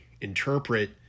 interpret